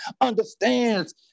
understands